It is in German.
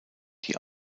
die